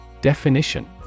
Definition